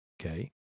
okay